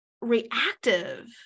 reactive